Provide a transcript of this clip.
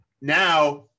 Now